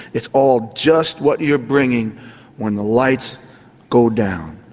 it's all just what you're bringing when the lights go down.